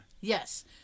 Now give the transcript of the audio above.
Yes